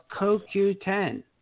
CoQ10